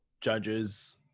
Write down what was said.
judges